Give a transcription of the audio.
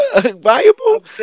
viable